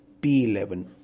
P11